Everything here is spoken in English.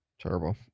Terrible